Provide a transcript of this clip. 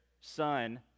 son